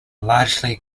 largely